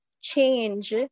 change